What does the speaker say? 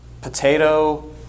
potato